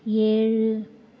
ஏழு